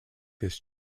this